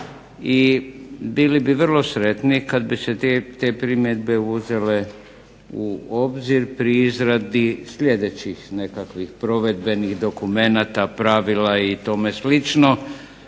i bili bi vrlo sretni kad bi se te primjedbe uzele u obzir pri izradi sljedećih nekakvih provedbenih dokumenata, pravila i tome slično